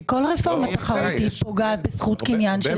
כל רפורמה תחרותית פוגעת בזכות קניין.